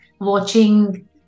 Watching